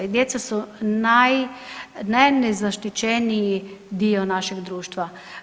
I djeca su najnezaštićeniji dio našeg društva.